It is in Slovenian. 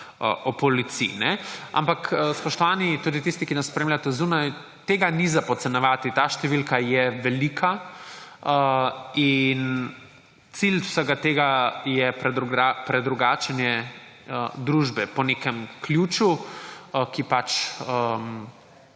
v policiji. Ampak, spoštovani, tudi tisti, ki nas spremljate zunaj, tega ni za podcenjevati. Ta številka je velika in cilj vsega tega je predrugačenje družbe po nekem ključu, ki pač